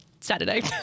Saturday